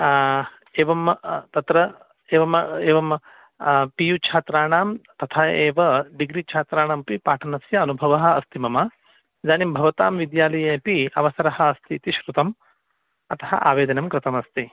एवं तत्र एवम एवं पि यु छात्राणां तथा एव डिग्रि छात्राणामपि पाठनस्य अनुभवः अस्ति मम इदानीं भवतां विद्यालये अपि अवसरः अस्ति इति श्रुतं अतः आवेदनं कृतमस्ति